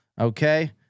Okay